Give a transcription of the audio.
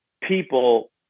people